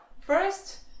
First